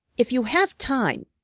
if you have time,